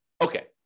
Okay